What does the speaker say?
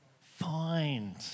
find